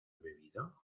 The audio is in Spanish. bebido